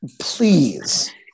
Please